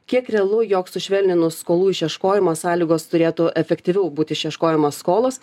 kiek realu jog sušvelninus skolų išieškojimą sąlygos turėtų efektyviau būti išieškojamos skolos